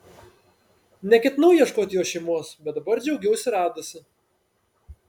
neketinau ieškoti jo šeimos bet dabar džiaugiausi radusi